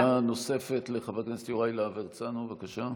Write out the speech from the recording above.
שאלה נוספת, לחבר הכנסת יוראי להב הרצנו, בבקשה.